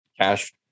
cash